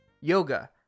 Yoga